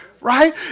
Right